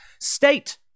state